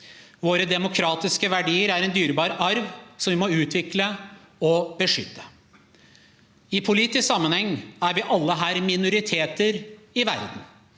Våre demokratiske verdier er en dyrebar arv som vi må utvikle og beskytte. I politisk sammenheng er vi alle her minoriteter i verden.